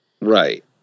right